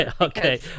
okay